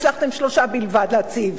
הצלחתם שלושה בלבד להציב?